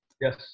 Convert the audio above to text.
Yes